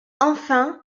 enfin